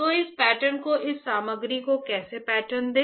तो इस पैटर्न को इस सामग्री को कैसे पैटर्न दें